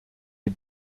die